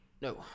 No